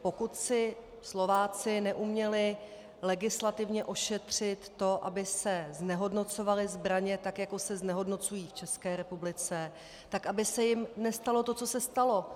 Pokud si Slováci neuměli legislativně ošetřit to, aby se znehodnocovaly zbraně tak, jako se znehodnocují v České republice, tak aby se jim nestalo to, co se stalo.